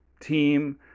team